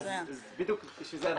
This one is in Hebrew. אז בדיוק בשביל זה אנחנו פה.